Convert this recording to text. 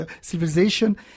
civilization